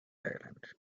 island